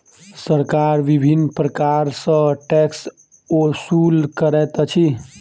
सरकार विभिन्न प्रकार सॅ टैक्स ओसूल करैत अछि